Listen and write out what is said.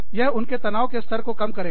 यह उनके तनाव के स्तर को कम करेगा